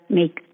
make